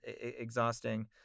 exhausting